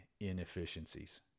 inefficiencies